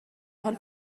حال